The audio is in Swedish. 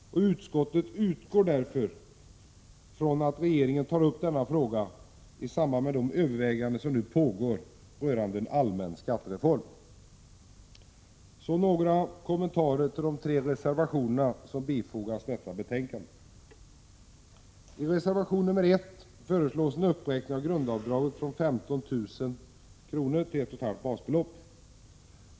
Utskottet utgår därför från att regeringen tar upp denna fråga i samband med de överväganden som nu pågår rörande en allmän skattereform. Så några kommentarer till de tre reservationer som bifogats detta | betänkande. I reservation nr 1 föreslås en uppräkning av grundavdraget från 15 000 kr. till 1,5 basbelopp.